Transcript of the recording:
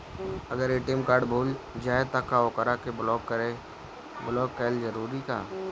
अगर ATM card भूला जाए त का ओकरा के बलौक कैल जरूरी है का?